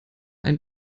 ein